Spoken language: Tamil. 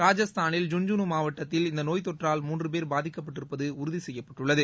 ராஜஸ்தானின் ஜுன்ஜுனு மாவட்டத்தில் இந்த நோய் தொற்றால் மூன்று பேர் பாதிக்கப்பட்டிருப்பது உறுதி செய்யப்பட்டுள்ளது